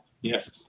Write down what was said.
yes